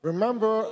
Remember